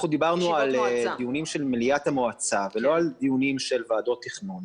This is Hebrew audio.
אנחנו דיברנו על דיונים של מליאת המועצה ולא על דיונים של ועדות תכנון.